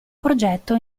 progetto